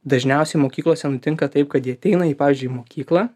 dažniausiai mokyklose nutinka taip kad jie ateina į pavyzdžiui mokyklą